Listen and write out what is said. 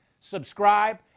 subscribe